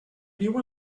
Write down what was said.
viu